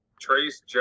Trace